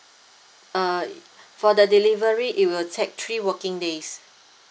uh for the delivery it will take three working days